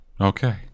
Okay